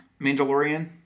Mandalorian